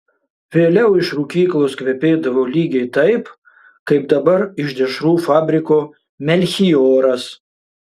vėliau iš rūkyklos kvepėdavo lygiai taip kaip dabar iš dešrų fabriko melchioras